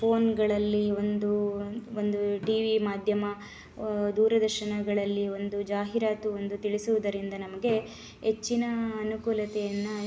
ಫೋನ್ಗಳಲ್ಲಿ ಒಂದು ಒಂದು T V ಮಾಧ್ಯಮ ದೂರದರ್ಶನಗಳಲ್ಲಿ ಒಂದು ಜಾಹೀರಾತು ಒಂದು ತಿಳಿಸುವುದರಿಂದ ನಮಗೆ ಹೆಚ್ಚಿನ ಅನುಕೂಲತೆಯನ್ನು